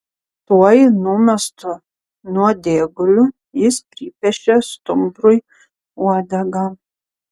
tuoj numestu nuodėguliu jis pripiešė stumbrui uodegą